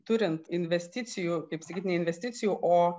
turint investicijų kaip sakyt ne investicijų o